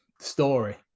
story